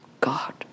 God